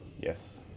Yes